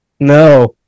No